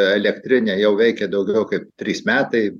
elektrinė jau veikia daugiau kaip trys metai